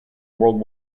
world